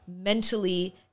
mentally